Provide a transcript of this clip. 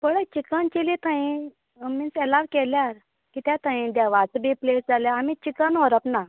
पळय chicken chilli थंय means एलाव केल्यार कित्या थंय देवाचो बी प्लेस जाल्यार आमी चिकन व्हरप ना